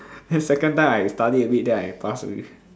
then second time I study a bit then I pass already